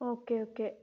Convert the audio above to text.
okay okay